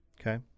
Okay